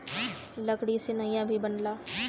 लकड़ी से नइया भी बनला